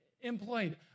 employed